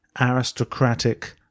aristocratic